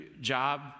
job